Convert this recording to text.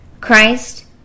Christ